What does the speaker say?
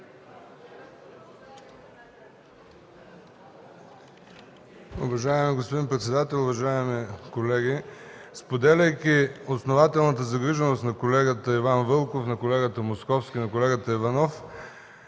Уважаеми господин председател, уважаеми колеги! Споделяйки основателната загриженост на колегата Иван Вълков, на колегата Московски и на колегата Иванов,